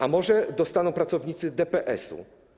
A może dostaną pracownicy DPS-u?